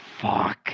Fuck